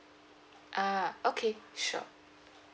ah okay sure